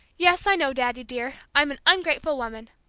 yes, i know, daddy dear, i'm an ungrateful woman!